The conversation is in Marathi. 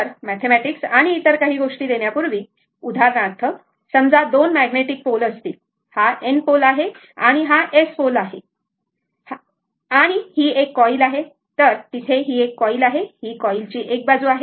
तर मॅथेमॅटिक्स आणि इतर गोष्टी देण्यापूर्वी उदाहरणार्थ समजा दोन मॅग्नेटिक पोल असतील हा N पोल आहे आणि हा S पोल आहे बरोबर S पोल आहे आणि एक कॉईल आहे तेथे एक कॉईल आहे ही कॉईलची एक बाजू आहे